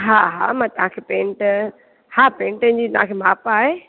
हा हा मां तव्हांखे पेंट हा पेंटनि जी तव्हांखे माप आहे